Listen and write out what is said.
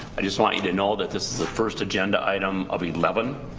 i just want you to know that this is the first agenda item of eleven,